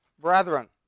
brethren